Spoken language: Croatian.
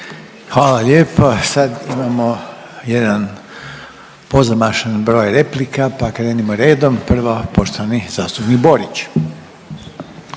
Hvala lijepa. A sad imamo jedan pozamašan broj replika pa krenimo redom. Prvo poštovani zastupnik Borić.